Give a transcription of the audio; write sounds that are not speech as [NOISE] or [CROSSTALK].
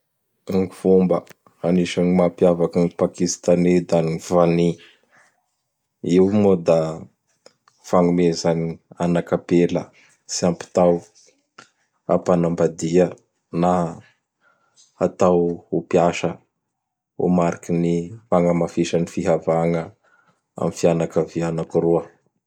[NOISE] Gn fomba anisan mampiavaky gny Pakistanais da gny "Vany". Io moa da fagnomeza gn anak apela tsy ampy tao hapanambadia na hatao ho mpiasa ho mariky ny fagnamafisa gny fihavagna am fianakavia anakiroa.